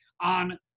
on